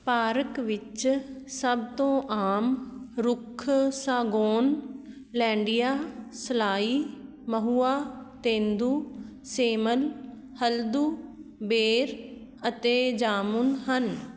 park ਵਿੱਚ ਸਭ ਤੋਂ ਆਮ ਰੁੱਖ ਸਾਗੌਨ ਲੈਂਡੀਆ ਸਲਾਈ ਮਹੁਆ ਤੇਂਦੂ ਸੇਮਲ ਹਲਦੂ ਬੇਰ ਅਤੇ ਜਾਮੁਨ ਹਨ